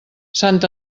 sant